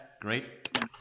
great